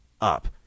up